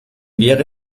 wäre